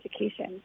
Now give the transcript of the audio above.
education